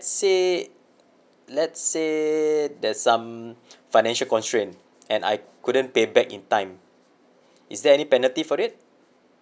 say let's say there's some financial constrain and I couldn't pay back in time is there any penalty for it